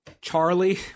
Charlie